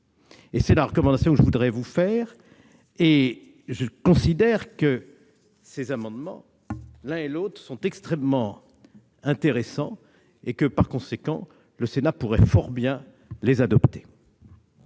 est la recommandation que je voudrais vous faire. À cet égard, je considère que ces amendements sont l'un et l'autre extrêmement intéressants. Par conséquent, le Sénat pourrait fort bien les adopter.